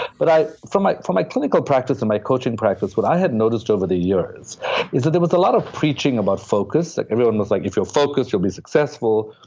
but from my from my clinical practice and my coaching practice, what i had noticed over the years is that there was a lot of preaching about focus, like everyone was like, if you're focused, you'll be successful.